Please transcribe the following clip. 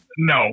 No